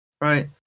right